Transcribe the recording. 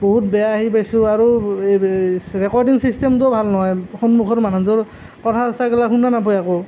বহুত বেয়া হেৰি পাইছোঁ আৰু ৰেকৰ্ডিং চিষ্টেমটোও ভাল নহয় সন্মুখৰ মানুহটো কথা পাতি থাকিলে শুনা নাপায় একো